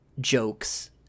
jokes